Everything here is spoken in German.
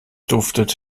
duftet